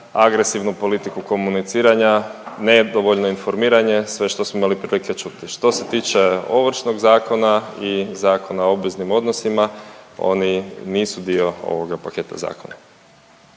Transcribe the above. agresivnu politiku komuniciranja, nedovoljno informiranje, sve što smo imali prilike čuti. Što se tiče Ovršnog zakona i Zakona o obveznim odnosima oni nisu dio ovoga paketa zakona.